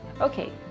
Okay